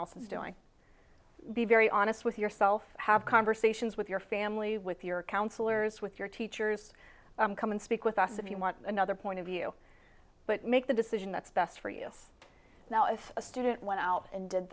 else is doing be very honest with yourself have conversations with your family with your counselors with your teachers come and speak with us if you want another point of view but make the decision that's best for us now if a student went out and did